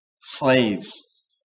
slaves